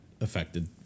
affected